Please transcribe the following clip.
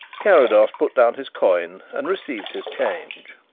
carrados put down his coin and received his change.